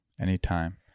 Anytime